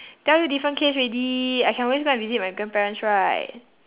tell you different case already I can always go and visit my grandparents right